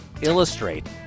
illustrate